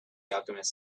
alchemist